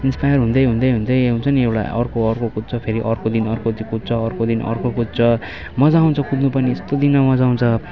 inspire हुँदै हुँदै हुँदै हुन्छ नि एउटा अर्को अर्को कुद्छ फेरि अर्को दिन अर्को कुद्छ अर्को दिन अर्को कुद्छ मज्जा आउँछ कुद्नु पनि यस्तो बिघ्न मज्जा आउँछ